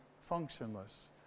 functionless